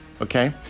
okay